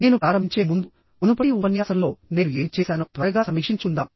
నేను ప్రారంభించే ముందు మునుపటి ఉపన్యాసంలో నేను ఏమి చేశానో త్వరగా సమీక్షించుకుందాం